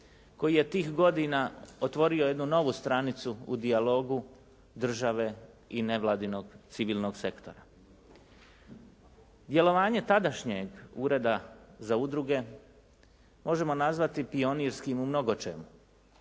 koji je tih godina otvorio jednu novu stranicu u dijalogu države i nevladinog civilnog sektora. Djelovanje tadašnjeg Ureda za udruge možemo nazvati pionirskim u mnogo čemu.